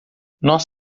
nós